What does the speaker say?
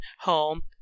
home